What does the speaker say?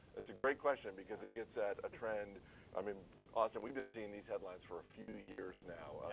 that's a great question because it gets that a trend i mean austin, we've been seeing these headlines for a few years now.